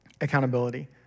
accountability